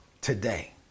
today